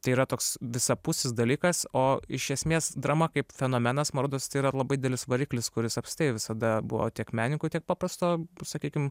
tai yra toks visapusis dalykas o iš esmės drama kaip fenomenas man rodos tai yra labai didelis variklis kuris apskritai visada buvo tiek menininkų tiek paprasto sakykim